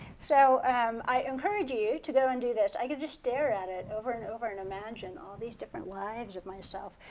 so um i encourage you you to go and do this. i can just stare at it over and over and just imagine all these different lives of myself.